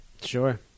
Sure